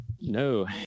No